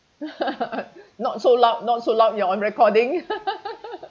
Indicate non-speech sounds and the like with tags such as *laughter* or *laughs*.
*laughs* not so loud not so loud you're on recording *laughs*